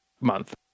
month